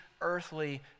earthly